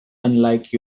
unlike